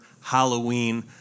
Halloween